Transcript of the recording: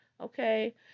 okay